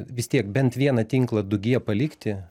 vis tiek bent vieną tinklą du gie palikti